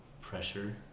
pressure